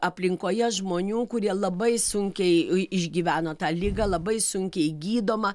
aplinkoje žmonių kurie labai sunkiai išgyveno tą ligą labai sunkiai gydoma